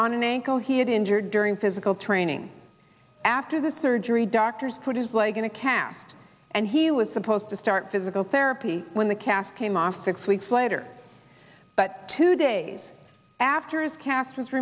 on an ankle he had injured during physical training after the surgery doctors put his leg in a cast and he was supposed to start physical therapy when the cast came off six weeks later but two days after his cast